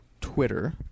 Twitter